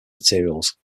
materials